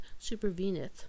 superveneth